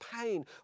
pain